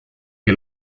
que